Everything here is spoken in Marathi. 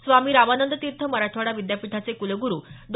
स्वामी रामानंद तीर्थ मराठवाडा विद्यापीठाचे कुलगुरू डॉ